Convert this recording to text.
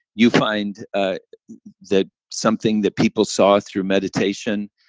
you find ah that something that people saw through meditation,